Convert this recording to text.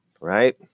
right